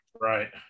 Right